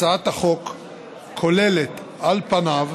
הצעת החוק כוללת, על פניה,